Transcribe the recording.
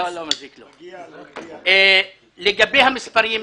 לגבי המספרים,